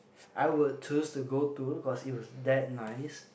I would choose to go to cause it was that nice